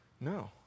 No